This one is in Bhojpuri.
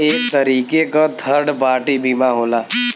एक तरीके क थर्ड पार्टी बीमा होला